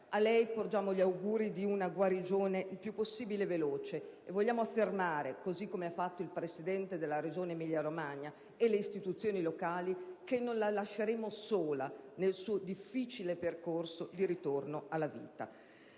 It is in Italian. A lei porgiamo gli auguri di una guarigione il più possibile veloce e vogliamo affermare, così come hanno fatto il Presidente della Regione Emilia-Romagna e le istituzioni locali, che non la lasceremo sola nel suo difficile percorso di ritorno alla vita.